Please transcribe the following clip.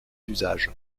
usages